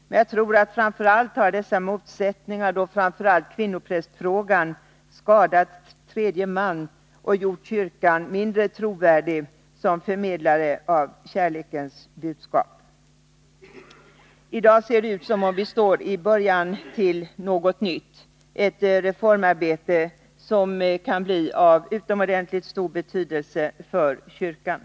Men jag tror att dessa motsättningar — särskilt när det gäller kvinnoprästfrågan — framför allt har skadat tredje man och gjort kyrkan mindre trovärdig som förmedlare av kärlekens budskap. I dag ser det ut som om vi står i början till något nytt, ett reformarbete som kan bli av utomordentligt stor betydelse för kyrkan.